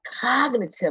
cognitive